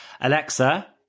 Alexa